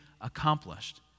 accomplished